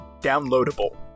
downloadable